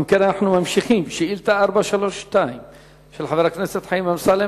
אנחנו ממשיכים: שאילתא 432 של חבר הכנסת חיים אמסלם,